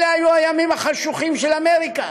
אלה היו הימים החשוכים של אמריקה,